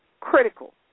critical